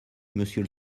monsieur